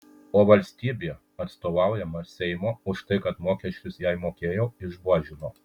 o valstybė atstovaujama seimo už tai kad mokesčius jai mokėjau išbuožino